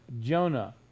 Jonah